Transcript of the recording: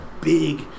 big